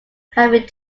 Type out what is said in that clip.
having